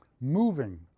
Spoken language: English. moving